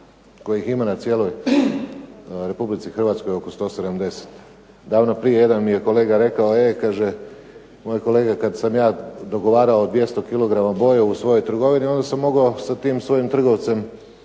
kojih ima na cijeloj Republici Hrvatskoj oko 170. Davno prije jedan mi je kolega rekao, ej moj kolega kad sam ja dogovarao 200 kg boje u svojoj trgovini onda sam mogao sa tim svojim trgovcem